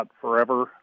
forever